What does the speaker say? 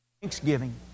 Thanksgiving